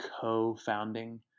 co-founding